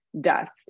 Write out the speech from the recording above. dust